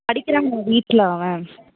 படிக்கிறானா வீட்டில் அவன்